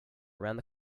around